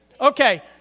Okay